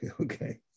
Okay